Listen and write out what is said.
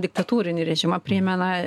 diktatūrinį režimą primena